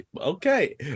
okay